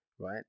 right